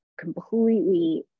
completely